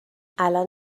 الان